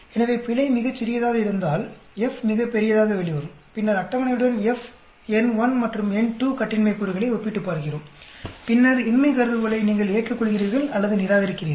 எனவே பிழை மிகச் சிறியதாக இருந்தால் F மிகப் பெரியதாக வெளிவரும் பின்னர் அட்டவணையுடன் F n1 மற்றும் n2 கட்டின்மை கூறுகளை ஒப்பிட்டுப் பார்க்கிறோம் பின்னர் இன்மை கருதுகோளை நீங்கள் ஏற்றுக்கொள்கிறீர்கள் அல்லது நிராகரிக்கிறீர்கள்